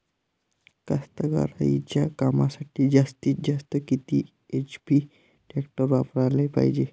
कास्तकारीच्या कामासाठी जास्तीत जास्त किती एच.पी टॅक्टर वापराले पायजे?